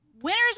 Winners